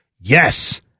yes